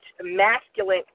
masculine